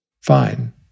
fine